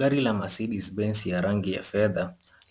Gari la Mercedes benz ya rangi ya fedha